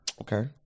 Okay